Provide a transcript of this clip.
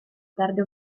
perde